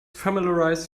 familiarize